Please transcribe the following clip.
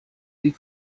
sie